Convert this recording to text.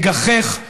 מגחך,